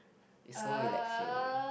is so relaxing